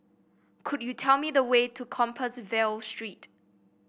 could you tell me the way to Compassvale Street